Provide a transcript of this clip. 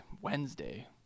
Wednesday